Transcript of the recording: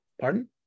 Pardon